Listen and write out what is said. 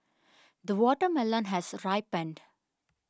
the watermelon has ripened